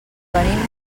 venim